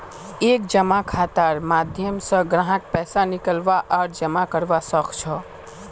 एक जमा खातार माध्यम स ग्राहक पैसा निकलवा आर जमा करवा सख छ